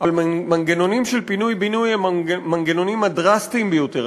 אבל מנגנונים של פינוי-בינוי הם המנגנונים הדרסטיים ביותר,